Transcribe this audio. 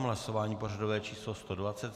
Hlasování pořadové číslo 120.